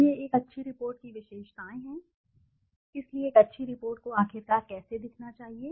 तो यह एक अच्छी रिपोर्ट की विशेषताएं हैं इसलिए एक अच्छी रिपोर्ट को आखिरकार कैसे दिखना चाहिए